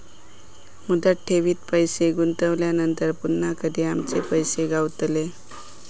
मुदत ठेवीत पैसे गुंतवल्यानंतर पुन्हा कधी आमचे पैसे गावतले?